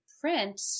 print